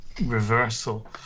reversal